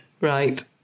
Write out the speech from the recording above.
Right